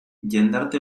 jendarte